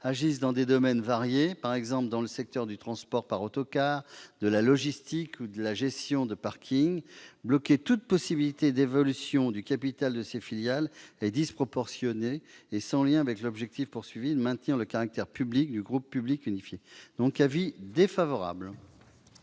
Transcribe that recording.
agissent dans des domaines variés, par exemple dans les secteurs du transport par autocar, de la logistique, de la gestion de parkings ... Bloquer toute possibilité d'évolution du capital de ces filiales est disproportionné et sans lien avec l'objectif poursuivi de maintenir le caractère public du groupe unifié. C'est pourquoi